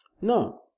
no